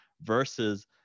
versus